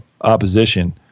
opposition